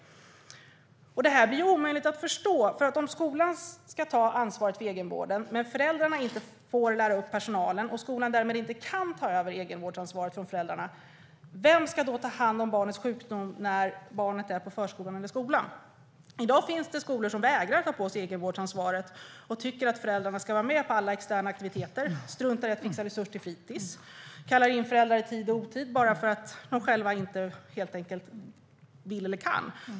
Det här blir omöjligt att förstå. Om skolan ska ta ansvaret för egenvården men föräldrarna inte får lära upp personalen och skolan därmed inte kan ta över egenvårdsansvaret från föräldrarna - vem ska då ta ansvar för egenvården när barnet är i förskolan eller skolan? I dag finns det skolor som vägrar att ta på sig egenvårdsansvaret och tycker att föräldrarna ska vara med på alla externa aktiviteter, struntar i att fixa resurs till fritis och kallar in föräldrar i tid och otid bara för att de själva helt enkelt inte vill eller kan.